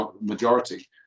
majority